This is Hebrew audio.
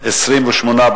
28